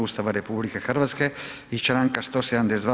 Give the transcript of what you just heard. Ustava RH i članka 172.